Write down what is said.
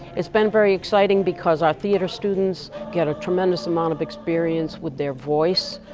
it's been very exciting, because our theater students get a tremendous amount of experience with their voice.